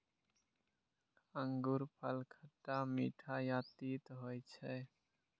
अंगूरफल खट्टा, मीठ आ तीत होइ छै